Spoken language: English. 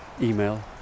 email